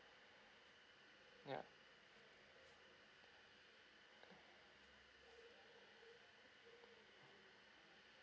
yeah